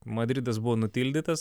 madridas buvo nutildytas